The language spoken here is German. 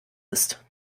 ist